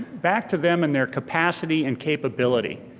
back to them and their capacity and capability.